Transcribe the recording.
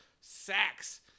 sacks